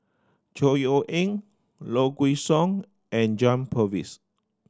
Chor Yeok Eng Low Kway Song and John Purvis